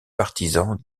partisans